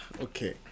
okay